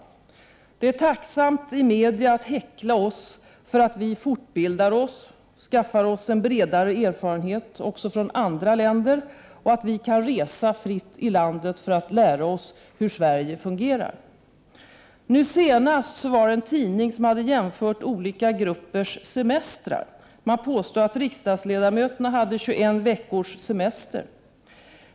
67 Det är tacksamt för medierna att häckla oss för att vi fortbildar oss, skaffar oss en bredare erfarenhet också från andra länder och för att vi kan resa fritt i landet för att lära oss hur Sverige fungerar. Nu senast var det en tidning som hade jämfört olika gruppers semestrar. Man påstod att riksdagsledamöterna hade 21 veckors semester.